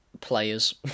Players